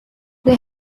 they